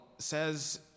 says